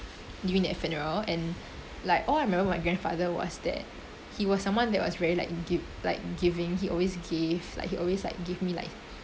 during that funeral and like all I remember my grandfather was that he was someone that was really like give like giving he always gave like he always like give me like